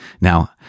Now